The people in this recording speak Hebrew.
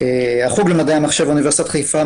החוג למדעי המחשב באוניברסיטת חיפה,